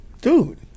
dude